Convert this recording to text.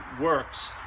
works